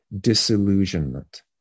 disillusionment